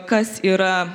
kas yra